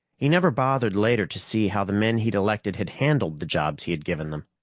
he never bothered later to see how the men he'd elected had handled the jobs he had given them.